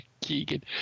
keegan